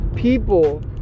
People